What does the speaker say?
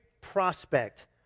prospect